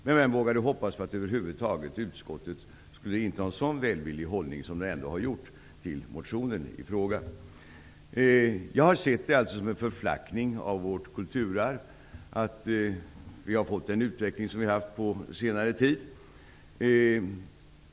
Men vem vågade hoppas på att utskottet över huvud taget skulle inta en så välvillig hållning som det ändå har gjort till motionen? Jag betraktar den utveckling som vi har sett på senare tid som en förflackning av vårt kulturarv.